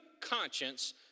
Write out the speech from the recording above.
conscience